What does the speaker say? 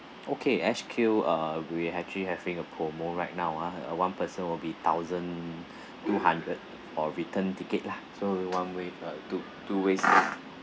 okay S_Q uh we actually having a promo right now ah uh one person will be thousand two hundred for return ticket lah so one way uh two two ways